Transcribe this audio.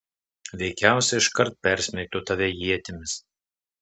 veikiausiai iškart persmeigtų tave ietimis